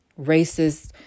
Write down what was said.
racist